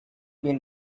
been